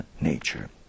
nature